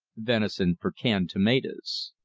venison for canned tomatoes.